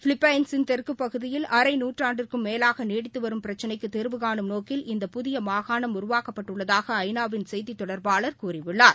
பிலிப்பைன்ஸின் தெற்குப் பகுதியில் அரை நூற்றாண்டுக்கும் மேலாகநீடித்துவரும் பிரச்சினைக்குதீாவுகானும் நோக்கில் இந்த புதியமாகாணம் உருவாக்கப்பட்டுள்ளதாக ஐ நா வின் செய்திதொடர்பாளர் கூறியுள்ளார்